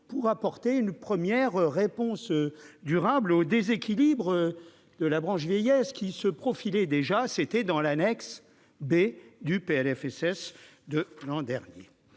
pour apporter une première réponse durable au déséquilibre de la branche, qui se profilait déjà ; c'était dans l'annexe B du PLFSS pour 2019.